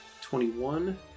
twenty-one